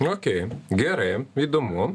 ok gerai įdomu